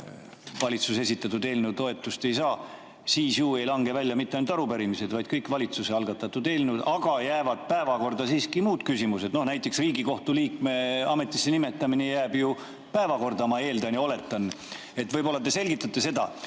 valitsuse esitatud eelnõu toetust ei saa, siis ju ei lange välja mitte ainult arupärimised, vaid kõik valitsuse algatatud eelnõud, aga jäävad päevakorda siiski muud küsimused, näiteks Riigikohtu liikme ametisse nimetamine jääb ju päevakorda, ma eeldan ja oletan. Võib-olla te selgitate seda.